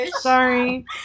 Sorry